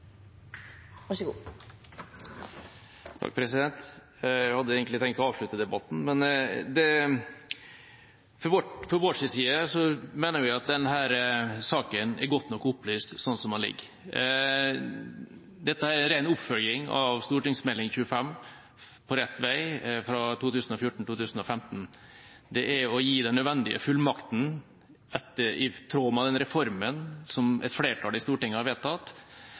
hadde egentlig tenkt å avslutte debatten. Fra vår side mener vi at denne saken er godt nok opplyst slik den foreligger. Dette er en ren oppfølging av Meld. St. 25, På rett vei, for 2014–2015, det er å gi den nødvendige fullmakten – i tråd med den reformen som et flertall i Stortinget har vedtatt